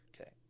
Okay